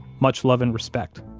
much love and respect,